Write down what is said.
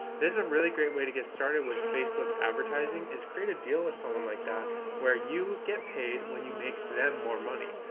this is a really great way to get started with facebook advertising is create a deal with someone like that where you get paid when you make them more money.